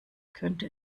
könne